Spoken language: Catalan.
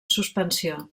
suspensió